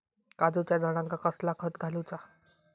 काजूच्या झाडांका कसला खत घालूचा?